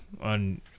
on